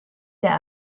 der